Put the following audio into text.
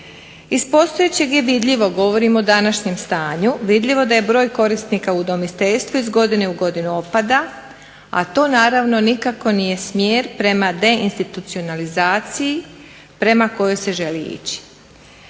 Iz postojećeg je vidljivo, govorim o sadašnjem stanju vidljivo da je broj korisnika udomiteljstvu iz godine u godinu opada a to naravno nikako nije smjer prema deinstitucionalizaciji prema kojoj se želi ići.